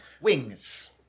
Wings